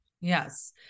Yes